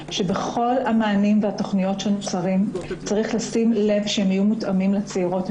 וכל התכניות צריכים להיות מותאמים לצעירות.